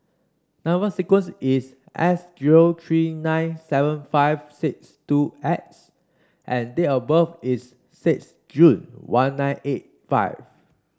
number sequence is S zero three nine seven five six two X and date of birth is six June one nine eight five